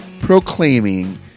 proclaiming